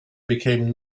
became